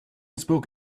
spoke